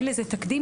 אין לזה תקדים.